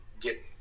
get